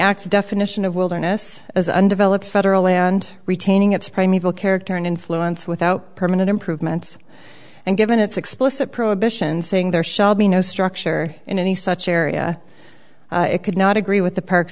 acts definition of wilderness as an undeveloped federal land retaining its primeval character and influence without permanent improvements and given its explicit prohibitions saying there shall be no structure in any such area it could not agree with the park